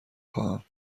خواهم